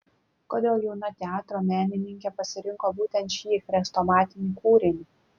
kodėl jauna teatro menininkė pasirinko būtent šį chrestomatinį kūrinį